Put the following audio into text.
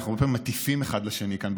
אנחנו הרבה פעמים מטיפים אחד לשני כאן,